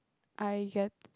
I get